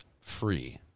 free